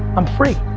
i'm free.